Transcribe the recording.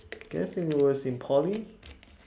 guess it was in poly